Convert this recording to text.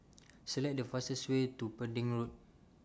Select The fastest Way to Pending Road